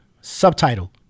subtitle